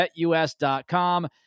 BetUS.com